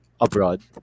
abroad